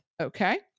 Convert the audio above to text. Okay